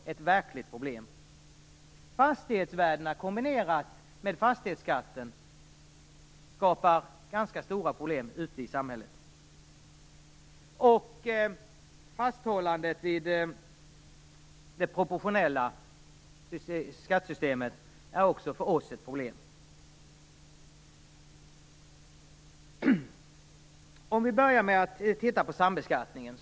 Fastighetsvärdena kombinerat med fastighetsskatten skapar ganska stora problem ute i samhället. Fasthållandet vid det proportionella skattesystemet är för oss ett problem. Jag börjar med att ta upp sambeskattningen.